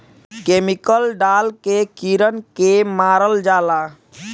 chemical डाल के कीड़न के मारल जाला